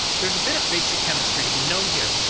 there's a bit of basic chemistry to be known here.